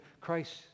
Christ